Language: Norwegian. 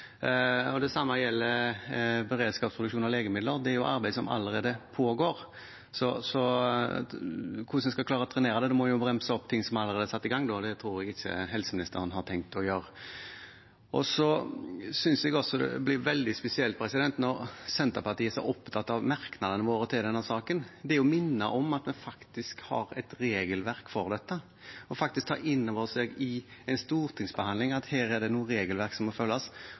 og det samme gjelder beredskap og produksjon av legemidler. Det er et arbeid som allerede pågår. Hvordan skal en klare å trenere? Da må ting som allerede er satt i gang, bremses opp, og det tror jeg ikke helseministeren har tenkt å gjøre. Jeg synes det blir veldig spesielt når Senterpartiet er så opptatt av merknadene våre i denne saken – det å minne om at vi faktisk har et regelverk for dette, og faktisk ta inn over seg i en stortingsbehandling at her er det noe regelverk som må følges,